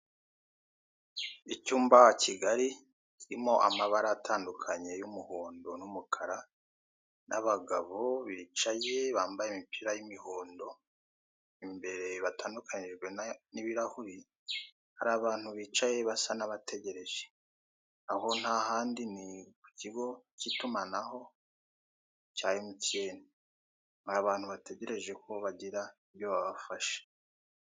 icyumba kigari kirimo amabara atandukanye y'umuhondo n'umukara n'abagabo bicaye bambaye imipira y'imihondo imbere batandukanijwe n'ibirahuri hari abantu bicaye basa n'abategereje, aho nta handi ni ku kigo cy'itumanaho cya emutiyeni ni abantu bategereje ko bagira ibyo babafashe.